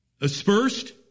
aspersed